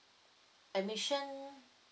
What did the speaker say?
admission